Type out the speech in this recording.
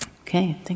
Okay